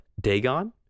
Dagon